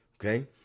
Okay